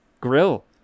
Grill